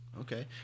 Okay